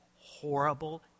horrible